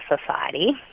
society